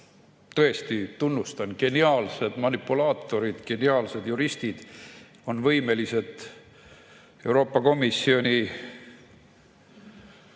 tõesti tunnustan, geniaalsed! – manipulaatorid, geniaalsed juristid on võimelised Euroopa Komisjoni